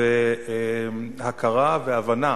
והכרה והבנה